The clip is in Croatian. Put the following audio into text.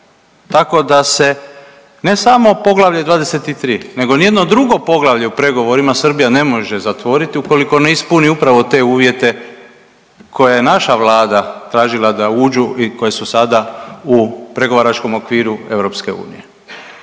tako da se ne samo Poglavlje 23 nego nijedno drugo poglavlje u pregovorima Srbija ne može zatvoriti ukoliko ne ispuni upravo te uvjete koje je naša vlada tražila da uđu i koje su sada u pregovaračkom okviru EU.